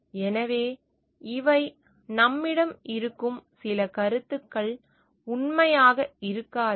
எனவே இவை நம்மிடம் இருக்கும் சில கருத்துக்கள் உண்மையாக இருக்காது